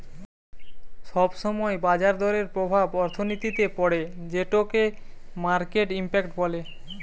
সব সময় বাজার দরের প্রভাব অর্থনীতিতে পড়ে যেটোকে মার্কেট ইমপ্যাক্ট বলে